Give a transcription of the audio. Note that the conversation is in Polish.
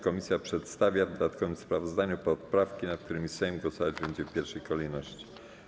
Komisja przedstawia w dodatkowym sprawozdaniu poprawki, nad którymi Sejm głosować będzie w pierwszej kolejności.